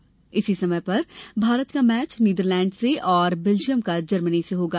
कल इसी समय पर भारत का मैच नीदरलैंड्स से और बेल्जियम का जर्मनी से होगा